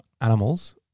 animals